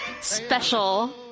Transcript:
special